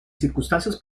circunstancias